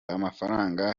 amafaranga